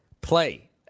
Play